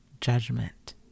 judgment